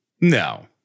No